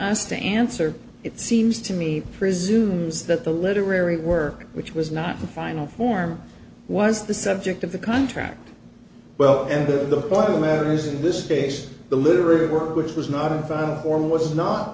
us to answer it seems to me presumes that the literary work which was not the final form was the subject of the contract well and the bottom matters in this case the literary work which was not a form was not